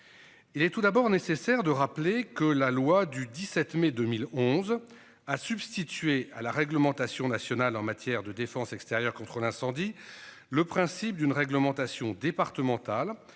Il est tout d'abord nécessaire de rappeler que la loi du 17 mai 2011 à substituer à la réglementation nationale en matière de défense extérieure contre l'incendie. Le principe d'une réglementation départemental